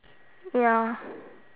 ya